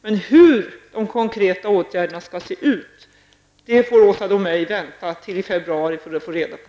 Men hur de konkreta åtgärderna kommer att se ut, får Åsa Domeij vänta till i februari för att få reda på.